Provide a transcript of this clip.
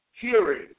hearing